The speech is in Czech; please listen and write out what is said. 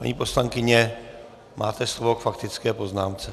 Paní poslankyně, máte slovo k faktické poznámce.